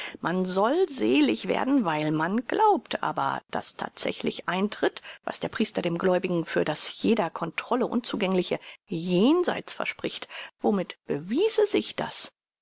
man soll selig werden weil man glaubt aber daß thatsächlich eintritt was der priester dem gläubigen für das jeder controle unzugängliche jenseits verspricht womit bewiese sich das